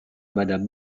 madame